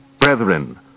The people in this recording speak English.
brethren